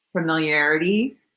Familiarity